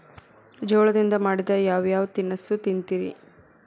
ಜೋಳದಿಂದ ಮಾಡಿದ ಯಾವ್ ಯಾವ್ ತಿನಸು ತಿಂತಿರಿ?